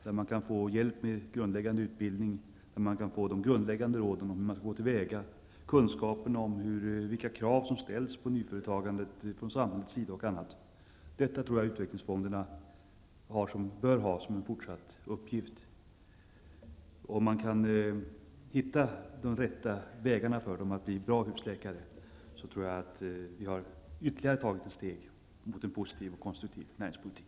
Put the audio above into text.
Där kan man då få hjälp med grundläggande utbildning och få de grundläggande råden om hur man bör gå till väga. Det kan bl.a. ges information om vilka krav från samhället som ställs på nyföretagandet. Detta tror jag att utvecklingsfonderna bör ha som uppgift även i fortsättningen. Om man kan finna de rätta vägarna för att de skall bli bra husläkare, tror jag att vi har tagit ett ytterligare steg mot en positiv och konstruktiv näringspolitik.